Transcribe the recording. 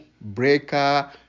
Breaker